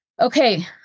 Okay